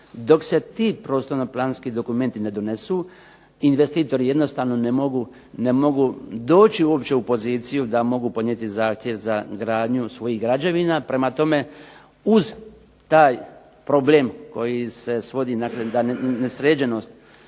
Dok se ti prostorno-planski dokumenti ne donesu investitori jednostavno ne mogu doći uopće u poziciju da mogu podnijeti zahtjev za gradnju svojih građevina. Prema tome, uz taj problem koji se svodi dakle nesređenost